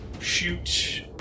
shoot